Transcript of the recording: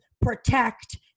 protect